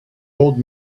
old